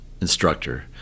instructor